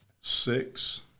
six